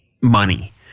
money